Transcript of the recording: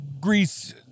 Greece